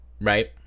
right